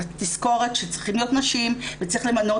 תזכורת שצריכות להיות נשים וצריך למנות